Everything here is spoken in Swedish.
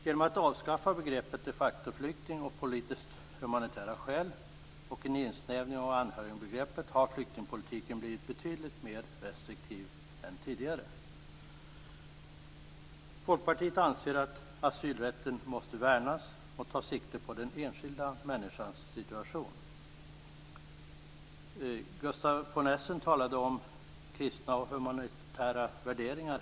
Genom att avskaffa begreppen de facto-flykting och politiskt-humanitära skäl och en insnävning av anhörigbegreppet har flyktingpolitiken blivit betydligt mer restriktiv än tidigare. Folkpartiet anser att asylrätten måste värnas och ta sikte på den enskilda människans situation. Gustaf von Essen talade här alldeles nyss om kristna och humanitära värderingar.